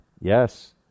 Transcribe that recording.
Yes